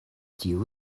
tiun